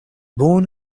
born